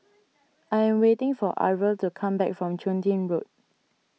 I am waiting for Arvel to come back from Chun Tin Road